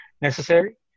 necessary